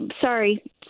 Sorry